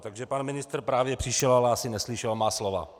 Takže pan ministr právě přišel, ale asi neslyšel má slova.